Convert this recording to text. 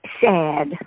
sad